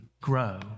grow